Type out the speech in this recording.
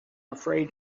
afraid